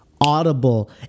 audible